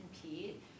compete